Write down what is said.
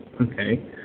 okay